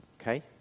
Okay